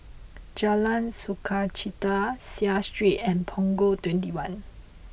Jalan Sukachita Seah Street and Punggol twenty one